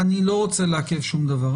רוצה לעכב שום דבר.